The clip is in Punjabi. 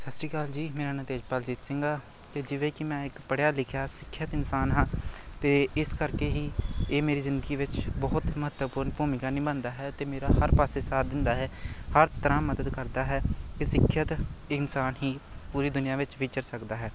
ਸਤਿ ਸ਼੍ਰੀ ਅਕਾਲ ਜੀ ਮੇਰਾ ਨਾਮ ਤੇਜਪਾਲਜੀਤ ਸਿੰਘ ਆ ਅਤੇ ਜਿਵੇਂ ਕਿ ਮੈਂ ਇੱਕ ਪੜ੍ਹਿਆ ਲਿਖਿਆ ਸਿੱਖਿਅਤ ਇਨਸਾਨ ਹਾਂ ਅਤੇ ਇਸ ਕਰਕੇ ਹੀ ਇਹ ਮੇਰੀ ਜ਼ਿੰਦਗੀ ਵਿੱਚ ਬਹੁਤ ਮਹੱਤਵਪੂਰਨ ਭੂਮਿਕਾ ਨਿਭਾਉਂਦਾ ਹੈ ਅਤੇ ਮੇਰਾ ਹਰ ਪਾਸੇ ਸਾਥ ਦਿੰਦਾ ਹੈ ਹਰ ਤਰ੍ਹਾਂ ਮਦਦ ਕਰਦਾ ਹੈ ਕਿ ਸਿੱਖਿਅਤ ਇਨਸਾਨ ਹੀ ਪੂਰੀ ਦੁਨੀਆ ਵਿੱਚ ਵਿਚਰ ਸਕਦਾ ਹੈ